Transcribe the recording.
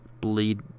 bleed